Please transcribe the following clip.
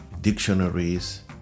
dictionaries